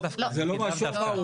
זה לא מה שהוא אמר.